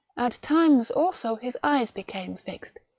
at times also his eyes became fixed,